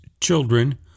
children